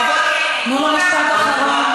חברים, תנו לו משפט אחרון.